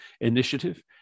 initiative